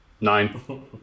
Nine